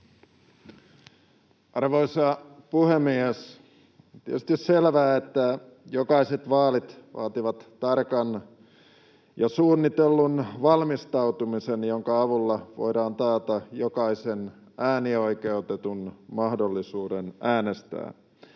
Arvoisa puhemies! On tietysti selvää, että jokaiset vaalit vaativat tarkan ja suunnitellun valmistautumisen, jonka avulla voidaan taata jokaisen äänioikeutetun mahdollisuus äänestää.